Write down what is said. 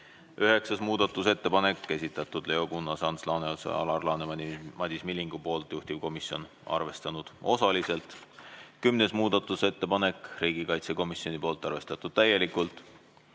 Üheksas muudatusettepanek, esitanud Leo Kunnas, Ants Laaneots, Alar Laneman ja Madis Milling, juhtivkomisjon arvestanud osaliselt. Kümnes muudatusettepanek, riigikaitsekomisjonilt, arvestatud täielikult.11.